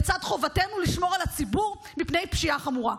לצד חובתנו לשמור על הציבור מפני פשיעה חמורה.